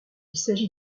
s’agit